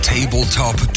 Tabletop